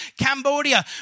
Cambodia